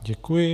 Děkuji.